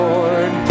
Lord